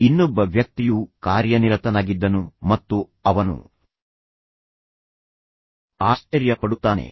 ಆದ್ದರಿಂದ ಇನ್ನೊಬ್ಬ ವ್ಯಕ್ತಿಯು ಕಾರ್ಯನಿರತನಾಗಿದ್ದನು ಮತ್ತು ಅವನು ಏನನ್ನಾದರೂ ಕೇಳಿದನು ಮತ್ತು ನಂತರ ಅವನು ಆಶ್ಚರ್ಯ ಪಡುತ್ತಾನೆ